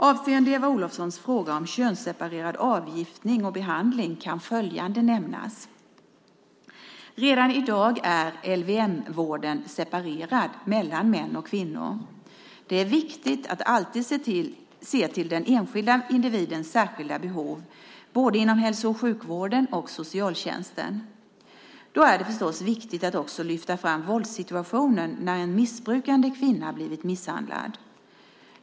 Avseende Eva Olofssons fråga om könsseparerad avgiftning och behandling kan följande nämnas: Redan i dag är LVM-vården separerad mellan män och kvinnor. Det är viktigt att alltid se till den enskilda individens särskilda behov, både inom hälso och sjukvården och socialtjänsten. Då är det förstås viktigt att också lyfta fram våldssituationen när en missbrukande kvinna blivit misshandlad.